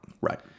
right